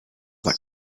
that